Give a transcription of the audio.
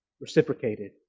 reciprocated